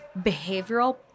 behavioral